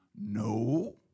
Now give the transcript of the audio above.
No